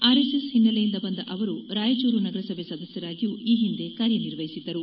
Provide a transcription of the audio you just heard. R S S ಹಿನ್ನೆಲೆಯಿಂದ ಬಂದ ಅವರು ರಾಯಚೂರು ನಗರಸಭೆ ಸದಸ್ಯರಾಗಿಯೂ ಈ ಹಿಂದೆ ಕಾರ್ಯನಿರ್ವಹಿಸಿದ್ದರು